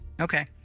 okay